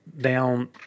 down